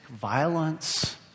violence